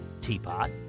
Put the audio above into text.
teapot